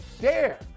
dare